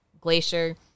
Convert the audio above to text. Glacier